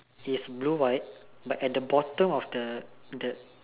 is blue white but but at the bottom of the the